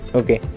okay